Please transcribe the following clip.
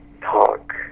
talk